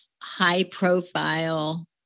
high-profile